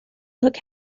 look